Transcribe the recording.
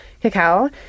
cacao